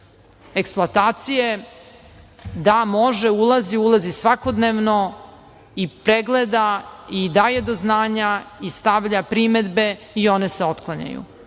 eksploatacije. Da, može, ulazi, ulazi svakodnevno i pregleda i daje do znanja i stavlja primedbe i one se otklanjaju